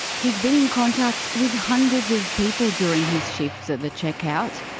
he's been in contact with hundreds of people during his shifts at the checkout.